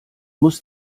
muss